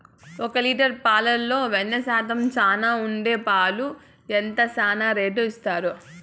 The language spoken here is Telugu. ఒక లీటర్ పాలలో వెన్న శాతం చానా ఉండే పాలకు ఎంత చానా రేటు ఇస్తారు?